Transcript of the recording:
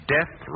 Death